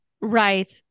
right